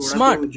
Smart